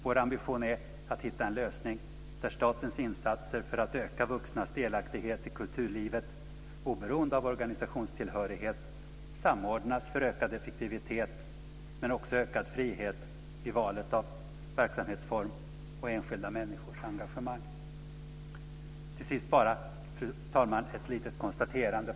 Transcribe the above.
Vår ambition är att hitta en lösning där statens insatser för att öka vuxnas delaktighet i kulturlivet, oberoende av organisationstillhörighet, samordnas för ökad effektivitet men också för ökad frihet i valet av verksamhetsform och enskilda människors engagemang. Fru talman! Till sist ett litet parentetiskt konstaterande.